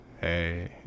Hey